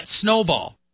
snowball